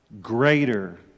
Greater